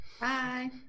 Bye